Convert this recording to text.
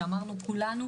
שאמרנו כולנו,